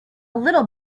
little